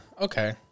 Okay